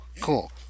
Cool